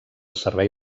servei